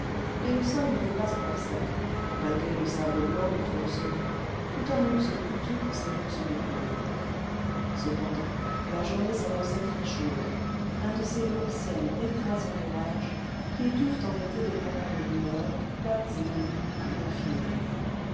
et le sol n'était pas encore sec malgré le sable blanc dont on le semait tout un luxe coûteux pour ces bourses de pauvre cependant la journée s'annonçait très chaude un de ces lourds ciels écrasants d'orage qui étouffent en été les campagnes du nord plates et nues à l'infini